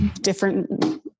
different